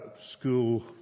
school